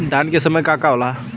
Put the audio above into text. धान के समय का का होला?